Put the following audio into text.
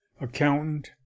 accountant